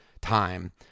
time